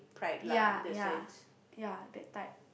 ya ya ya that type